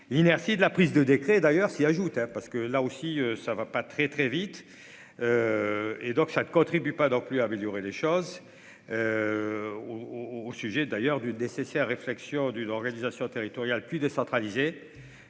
l'inertie de la prise de décrets d'ailleurs s'y ajoutent hein parce que là aussi ça ne va pas très, très vite. Et donc ça ne contribue pas dans plus améliorer les choses. Au au sujet d'ailleurs d'une nécessaire réflexion d'une organisation territoriale plus décentralisée.